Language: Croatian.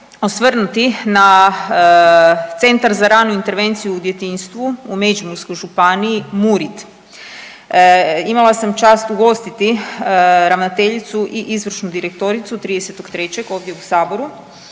osvrnuti na Centar za ranu intervenciju u djetinjstvu u Međimurskoj županiji MURID. Imala sam čast ugostiti ravnateljicu i izvršnu direktoricu 30.3. ovdje u saboru,